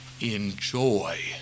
enjoy